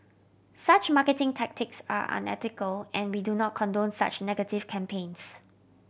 such marketing tactics are unethical and we do not condone such negative campaigns